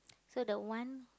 so the one